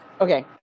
okay